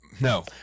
No